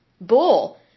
Bull